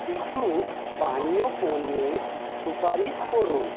কিছু পানীয় পণ্যের সুপারিশ করুন